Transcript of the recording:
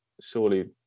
surely